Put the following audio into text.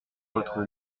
votre